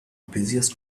busiest